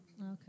Okay